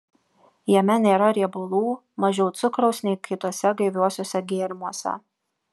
jame nėra riebalų mažiau cukraus nei kituose gaiviuosiuose gėrimuose